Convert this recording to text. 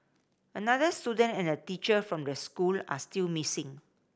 another student and a teacher from the school are still missing